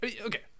okay